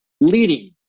leading